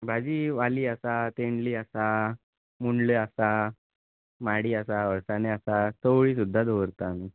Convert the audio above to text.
भाजी वाली आसा तेंडली आसा मुंडले आसा माडी आसा हळसाणे आसा चवळी सुद्दा दवरता आमी